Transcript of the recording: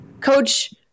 coach –